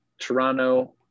Toronto